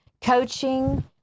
coaching